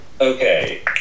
Okay